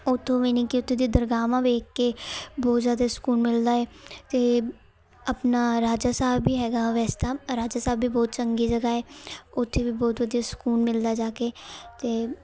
ਉੱਥੋਂ ਮੀਨਿੰਗ ਕਿ ਉੱਥੇ ਦੀਆਂ ਦਰਗਾਹਾਂ ਵੇਖ ਕੇ ਬਹੁਤ ਜ਼ਿਆਦਾ ਸਕੂਨ ਮਿਲਦਾ ਹੈ ਅਤੇ ਆਪਣਾ ਰਾਜਾ ਸਾਹਿਬ ਵੀ ਹੈਗਾ ਵੈਸੇ ਤਾਂ ਰਾਜਾ ਸਾਹਿਬ ਵੀ ਬਹੁਤ ਚੰਗੀ ਜਗ੍ਹਾ ਹੈ ਉੱਥੇ ਵੀ ਬਹੁਤ ਵਧੀਆ ਸਕੂਨ ਮਿਲਦਾ ਜਾ ਕੇ ਅਤੇ